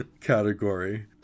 category